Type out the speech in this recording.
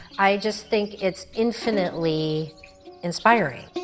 i just think it's infinitely inspiring.